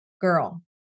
Girl